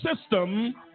system